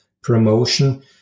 promotion